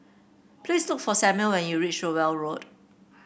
please look for Samuel when you reach Rowell Road